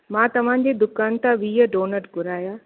मां तव्हांजी दुकान तां वीह डोनट घुराया